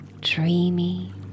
dreamy